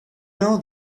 know